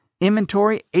inventory